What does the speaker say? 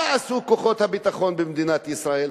מה עשו כוחות הביטחון במדינת ישראל?